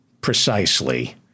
precisely